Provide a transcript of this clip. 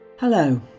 Hello